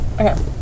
Okay